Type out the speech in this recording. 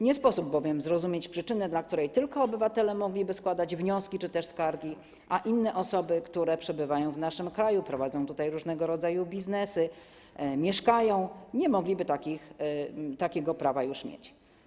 Nie sposób zrozumieć przyczyny, dla której tylko obywatele mogliby składać wnioski czy skargi, a inne osoby, które przebywają w naszym kraju, prowadzą tutaj różnego rodzaju biznesy, mieszkają, mogliby takiego prawa już nie mieć.